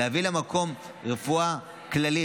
להביא למקום רפואה כללית,